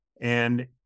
And-